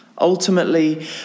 Ultimately